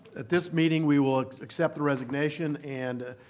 at this meeting we will accept the resignation and